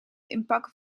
inpakken